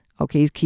Okay